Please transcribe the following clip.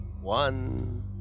one